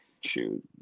Shoot